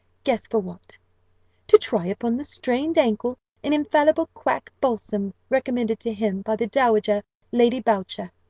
guess for what to try upon the strained ankle an infallible quack balsam recommended to him by the dowager lady boucher.